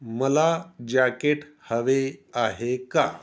मला जॅकेट हवे आहे का